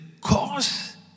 cause